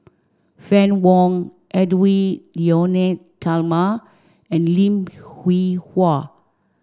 Fann Wong Edwy Lyonet Talma and Lim Hwee Hua